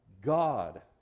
God